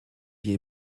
jej